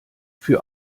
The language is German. für